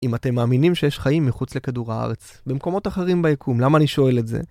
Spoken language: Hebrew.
אם אתם מאמינים שיש חיים מחוץ לכדור הארץ, במקומות אחרים ביקום, למה אני שואל את זה?